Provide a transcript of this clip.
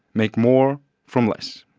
make more from less.